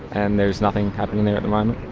and there's nothing happening there at the moment.